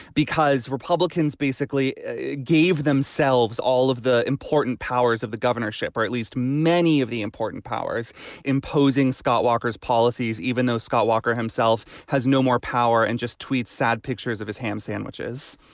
because republicans basically gave themselves all of the important powers of the governorship, or at least many of the important powers imposing scott walker's policies, even though scott walker himself has no more power and just tweets sad pictures of his ham sandwiches